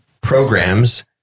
programs